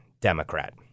Democrat